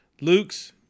Luke's